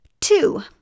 Two